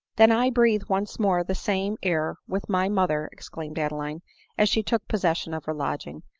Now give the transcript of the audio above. then i breathe once more the same air with my mother! exclaimed adeline as she took possession of her lodging.